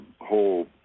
whole